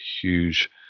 huge